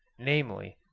namely,